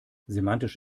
semantisch